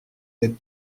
des